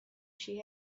she